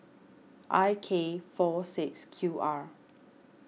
I K four six Q R